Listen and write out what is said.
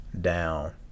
down